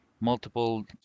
multiple